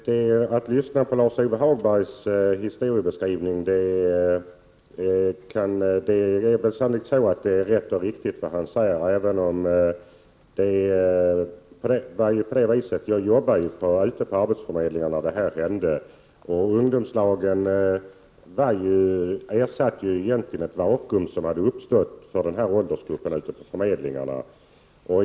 Herr talman! Jag har lyssnat på Lars-Ove Hagbergs historiebeskrivning. Det han sade var sannolikt rätt och riktigt. Jag jobbade ute på arbetsförmedlingarna när det här hände. Ungdomslagen ersatte egentligen ett vakuum som hade uppstått för den åldersgruppen ute på förmedlingarna.